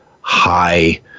high